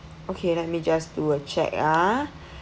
okay let me just do a check ah